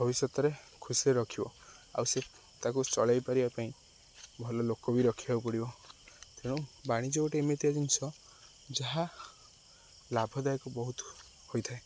ଭବିଷ୍ୟତରେ ଖୁସିରେ ରଖିବ ଆଉ ସେ ତାକୁ ଚଳେଇ ପାରିବା ପାଇଁ ଭଲ ଲୋକ ବି ରଖିବାକୁ ପଡ଼ିବ ତେଣୁ ବାଣିଜ୍ୟ ଗୋଟେ ଏମିତିଆ ଜିନିଷ ଯାହା ଲାଭଦାୟକ ବହୁତ ହୋଇଥାଏ